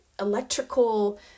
electrical